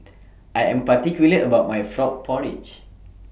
I Am particular about My Frog Porridge